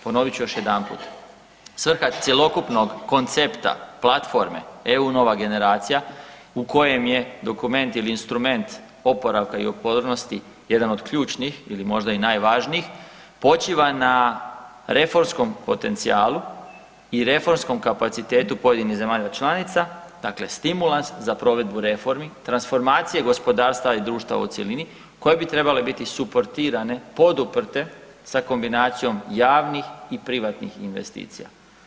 Ponovit ću još jedanput, svrha cjelokupnog koncepta platforme EU nova generacija u kojem je dokument ili instrument oporavka i otpornosti jedan od ključnih ili možda i najvažniji počiva na reformskom potencijalu i reformskom kapacitetu pojedinih zemalja članica, dakle stimulans za provedbu reformi, transformacije gospodarstva i društva u cjelini koje bi trebale biti suportirane, podruprte sa kombinacijom javnih i privatnih investicija.